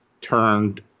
turned